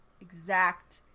exact